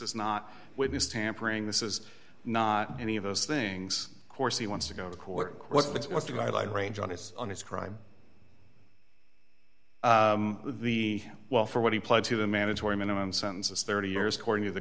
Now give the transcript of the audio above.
is not witness tampering this is not any of those things course he wants to go to court because that's what the guy like rage on is on his crime the well for what he pled to the mandatory minimum sentences thirty years according to the